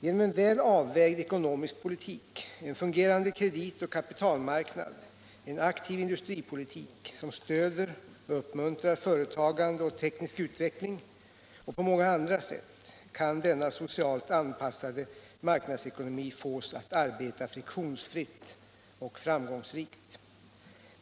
Genom en väl avvägd ekonomisk politik, en fungerande kreditoch kapitalmarknad, en aktiv industripolitik som stöder och uppmuntrar företagande och teknisk utveckling — och på många andra sätt — kan denna socialt anpassade marknadsekonomi fås att arbeta friktionsfritt och framgångsrikt.